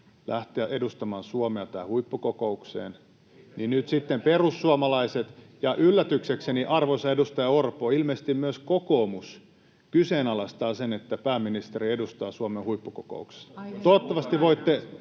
perussuomalaisten ryhmästä] niin nyt sitten perussuomalaiset ja yllätyksekseni arvoisa edustaja Orpo, ilmeisesti myös kokoomus, kyseenalaistavat sen, että pääministeri edustaa Suomea huippukokouksessa, jossa puhutaan